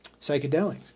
psychedelics